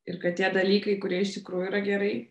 ir kad tie dalykai kurie iš tikrųjų yra gerai